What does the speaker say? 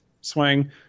swing